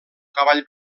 cavall